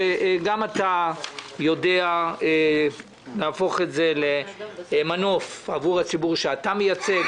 שגם אתה יודע להפוך את זה למנוף עבור הציבור שאתה מייצג,